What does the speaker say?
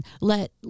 let